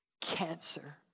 cancer